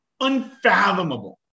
unfathomable